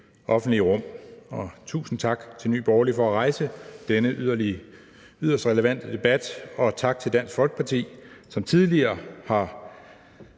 offentlige rum. Tusind tak til Nye Borgerlige for at rejse denne yderst relevante debat og tak til Dansk Folkeparti, som tidligere har